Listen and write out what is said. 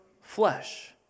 flesh